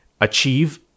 achieve